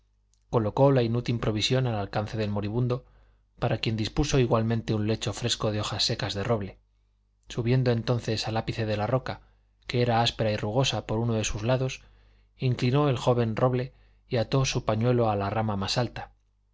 colocó la inútil provisión al alcance del moribundo para quien dispuso igualmente un lecho fresco de hojas secas de roble subiendo entonces al ápice de la roca que era áspera y rugosa por uno de sus lados inclinó el joven roble y ató su pañuelo en la rama más alta